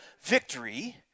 victory